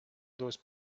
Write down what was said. those